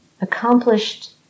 Accomplished